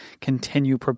continue